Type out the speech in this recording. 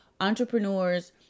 entrepreneurs